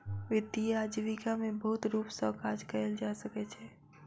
वित्तीय आजीविका में बहुत रूप सॅ काज कयल जा सकै छै